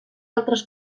altres